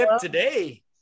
today